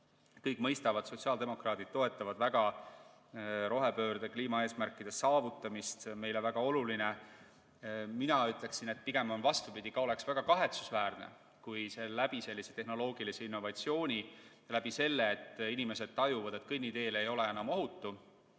kõik mõistavad: sotsiaaldemokraadid toetavad väga rohepöörde kliimaeesmärkide saavutamist, see on meile väga oluline. Mina ütleksin, et pigem on vastupidi. Oleks väga kahetsusväärne, kui sellise tehnoloogilise innovatsiooni tagajärjel või selle tõttu inimesed tajuvad, et kõnniteel ei ole enam ohutu,